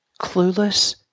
Clueless